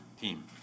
team